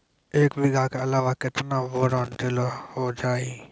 एक बीघा के अलावा केतना बोरान देलो हो जाए?